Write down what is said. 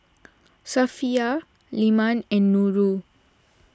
Safiya Leman and Nurul